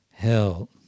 hell